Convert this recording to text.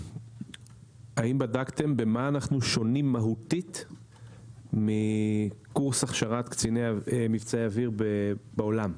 האם בדקתם במה אנחנו שונים מהותית מקורס הכשרת קציני מבצעי אוויר בעולם?